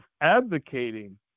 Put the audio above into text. advocating